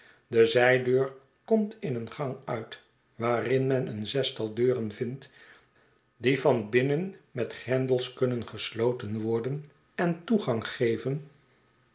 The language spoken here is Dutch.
de zijdeur komt in een gang uit waarin men een zestal deuren vindt die van binnen met grendels kunnen gesloten worden en toegang geven